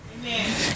Amen